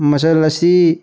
ꯃꯆꯜ ꯑꯁꯤ